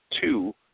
two